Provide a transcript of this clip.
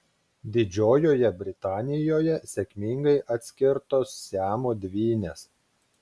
didžiojoje britanijoje sėkmingai atskirtos siamo dvynės